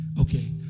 Okay